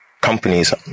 companies